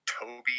Toby